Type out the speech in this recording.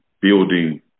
building